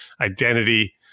identity